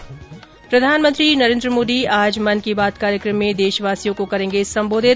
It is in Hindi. ्र प्रधानमंत्री नरेन्द्र मोदी आज मन की बात कार्यक्रम में देशवासियों को करेंगे संबोधित